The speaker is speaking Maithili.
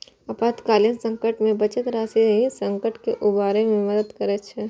आपातकालीन संकट मे बचत राशि संकट सं उबरै मे मदति करै छै